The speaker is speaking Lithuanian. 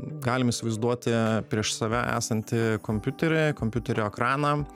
galim įsivaizduoti prieš save esantį kompiuterį kompiuterio ekraną